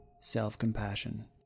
self-compassion